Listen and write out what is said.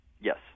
Yes